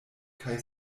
kaj